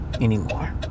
anymore